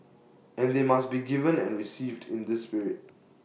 and they must be given and received in this spirit